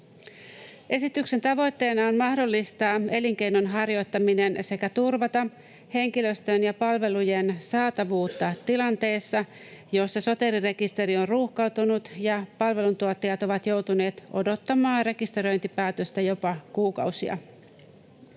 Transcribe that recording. Esityksen tavoitteena on mahdollistaa elinkeinon harjoittaminen sekä turvata henkilöstön ja palvelujen saatavuutta tilanteessa, jossa Soteri-rekisteri on ruuhkautunut ja palveluntuottajat ovat joutuneet odottamaan rekisteröintipäätöstä jopa kuukausia.